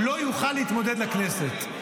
לא יוכל להתמודד לכנסת.